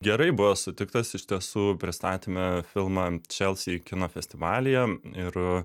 gerai buvo sutiktas iš tiesų pristatyme filmą čelsi kino festivalyje ir